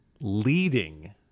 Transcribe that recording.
leading